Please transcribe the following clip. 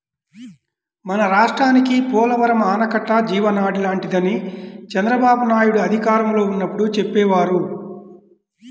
మన రాష్ట్రానికి పోలవరం ఆనకట్ట జీవనాడి లాంటిదని చంద్రబాబునాయుడు అధికారంలో ఉన్నప్పుడు చెప్పేవారు